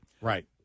Right